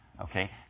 Okay